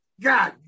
God